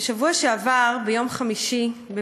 ביום חמישי בשבוע שעבר,